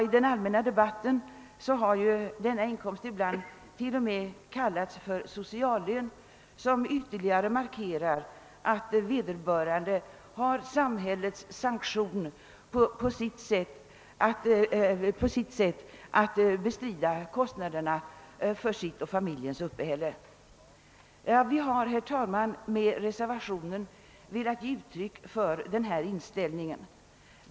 I den allmänna debatten har denna inkomst ibland t.o.m. kallats sociallön, vilket ytterligare markerar att vederbörande har samhällets sanktion på sitt sätt att bestrida kostnaderna för sitt och familjens uppehälle. Vi har, herr talman, genom reservationen 3 velat ge uttryck åt vår inställning.